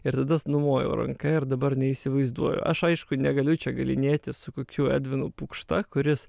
ir tada numojau ranka ir dabar neįsivaizduoju aš aišku negaliu čia galynėtis su kokiu edvinu pukšta kuris